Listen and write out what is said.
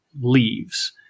leaves